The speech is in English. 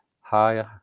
Hi